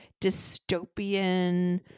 dystopian